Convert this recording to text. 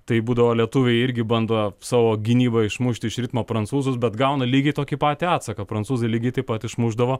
tai būdavo lietuviai irgi bando savo gynyba išmušti iš ritmo prancūzus bet gauna lygiai tokį patį atsaką prancūzai lygiai taip pat išmušdavo